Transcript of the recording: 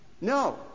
No